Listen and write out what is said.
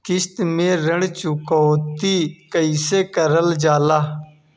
किश्त में ऋण चुकौती कईसे करल जाला?